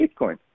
Bitcoin